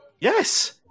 Yes